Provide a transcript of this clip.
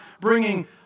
bringing